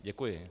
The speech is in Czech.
Děkuji.